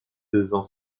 devant